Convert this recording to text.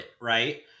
Right